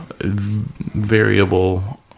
variable